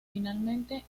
finalmente